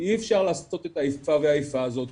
אי אפשר לעשות את האיפה והאיפה הזאת,